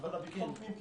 אז בביטחון פנים,